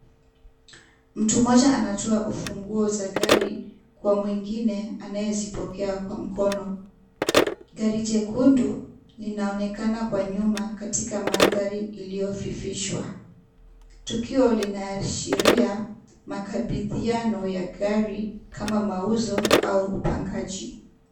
Mtu mmoja anatoa ufunguo za gari kwa mwingine anayezipokea kwa mkono. Gari jekundu inaonekana nyuma katika mandhari iliyofifishwa. Tukio linaashiria makabidhiano ya magari kama mauzo au upangaji.